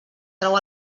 trau